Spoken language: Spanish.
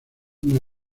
una